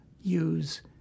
use